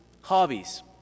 hobbies